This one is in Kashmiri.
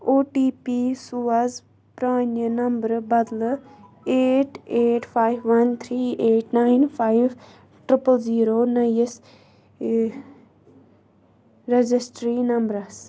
او ٹی پی سوز پرٛانہِ نمبرٕ بدلہٕ eight eight five one three eight nine five triple zero نٔیِس یہِ ریجسٹری نمبرَس